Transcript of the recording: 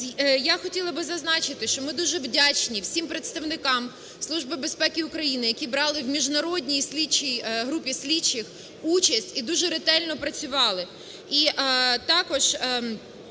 Я хотіла б зазначити, що ми дуже вдячні всім представникам Служби безпеки України, які брали у міжнародній групі слідчих участь і дуже ретельно працювали. І також